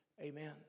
Amen